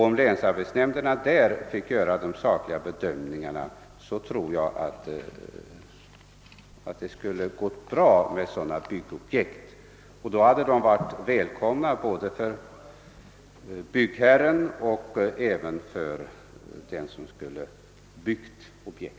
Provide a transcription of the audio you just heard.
Om länsarbetsnämnderna fått göra de sakliga bedömningarna beträffande sådana byggobjekt tror jag att dessa i vissa fall kunnat bli till nytta, och då hade de varit välkomna för både byggaren och beställaren.